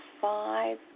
five